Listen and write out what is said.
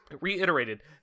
Reiterated